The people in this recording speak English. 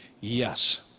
yes